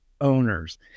owners